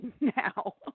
now